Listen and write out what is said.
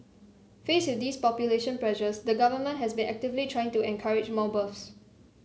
faced with these population pressures the Government has been actively trying to encourage more births